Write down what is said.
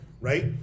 right